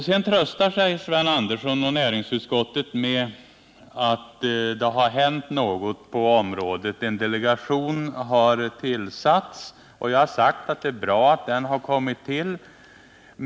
Sven Andersson tröstar sedan sig och näringsutskottet med att det har hänt något på området: en delegation har tillsatts. Jag har sagt att det är bra att den har kommit till.